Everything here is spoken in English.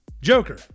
joker